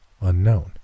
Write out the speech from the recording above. unknown